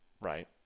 right